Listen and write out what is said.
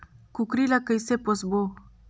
कूकरी ला कइसे पोसबो?